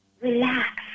relax